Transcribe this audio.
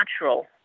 natural